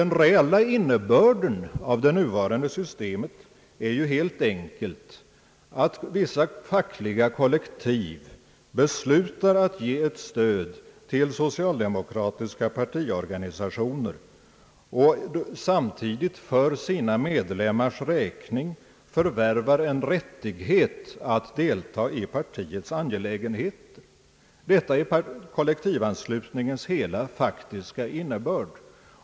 Den reella innebörden av det nuvarande systemet är ju helt enkelt, att vissa fackliga kollektiv beslutar ge ett stöd till socialdemokratiska partiorganisationer och samtidigt för sina medlemmars räkning förvärvar rättigheten att delta i partiets angelägenheter. Detta är kollektivanslutningens hela faktiska innebörd.